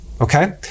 Okay